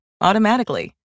automatically